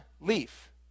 leaf